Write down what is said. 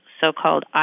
so-called